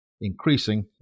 increasing